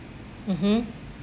mmhmm